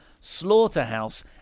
Slaughterhouse